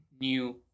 new